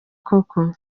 koko